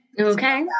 Okay